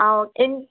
ആ okay N